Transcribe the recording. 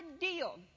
deal